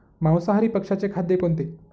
मांसाहारी पक्ष्याचे खाद्य कोणते?